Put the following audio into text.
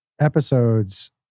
episodes